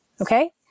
okay